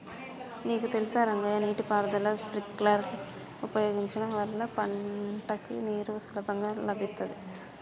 నీకు తెలుసా రంగయ్య నీటి పారుదల స్ప్రింక్లర్ ఉపయోగించడం వల్ల పంటకి నీరు సులభంగా లభిత్తుంది